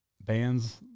bands